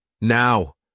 Now